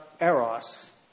Eros